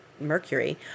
Mercury